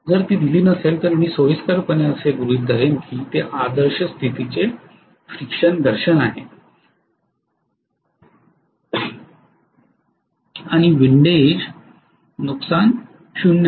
जर दिली नसेल तर मी सोयीस्करपणे असे गृहीत धरेन की ते आदर्श स्थितीचे घर्षण आहे आणि विंडेज नुकसान 0 आहेत